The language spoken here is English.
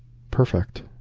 perfect.